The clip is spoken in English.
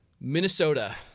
Minnesota